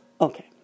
Okay